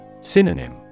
Synonym